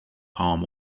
palm